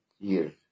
years